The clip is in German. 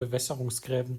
bewässerungsgräben